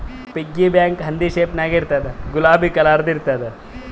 piggy bank ಹಂದಿ shape ನಾಗ್ ಇರ್ತುದ್ ಗುಲಾಬಿ ಕಲರ್ದು ಇರ್ತುದ್